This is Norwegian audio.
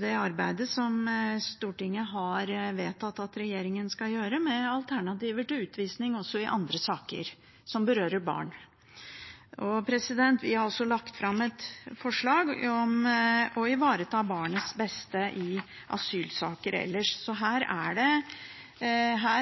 det arbeidet som Stortinget har vedtatt at regjeringen skal gjøre, med alternativer til utvisning også i andre saker som berører barn. Vi har også lagt fram et forslag om å ivareta barnets beste i asylsaker ellers, så her